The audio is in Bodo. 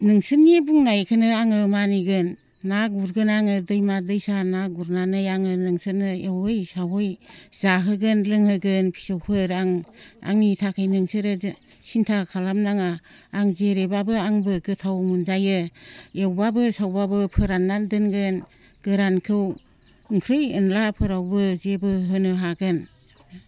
नोंसोरनि बुंनायखौनो आङो मानिगोन ना गुरगोन आङो दैमा दैसा ना गुरनानै आङो नोंसोरनो एवै सावै जाहोगोन लोंहोगोन फिसौफोर आं आंनि थाखाय नोंसोरो सिन्था खालामनाङा आं जेरैबाबो आंबो गोथाव मोनजायो एवबाबो सावबाबो फोराननानै दोनगोन गोरानखौ ओंख्रि एनलाफोरावबो जेबो होनो हागोन